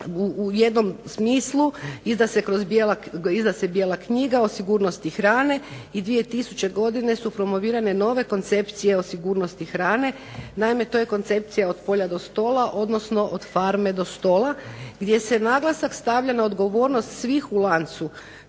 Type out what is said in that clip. u jednom smislu izda se "bijela knjiga" o sigurnosti hrane i 2000. godine su promovirane nove koncepcije o sigurnosti hrane. Naime, to je koncepcija od polja do stola, odnosno od farme do stola gdje se naglasak stavlja na odgovornost svih u lancu